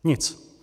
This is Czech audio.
Nic.